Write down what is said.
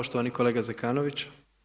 Poštovani kolega Zekanović.